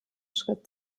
schritt